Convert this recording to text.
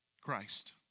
Christ